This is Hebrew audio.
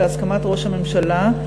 בהסכמת ראש הממשלה,